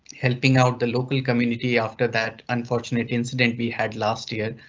helping out the local community after that unfortunate incident we had last year.